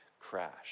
crash